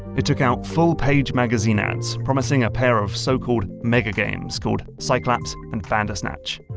it took out full-page magazine ads, promising a pair of so-called mega-games called psyclapse and bandersnatch.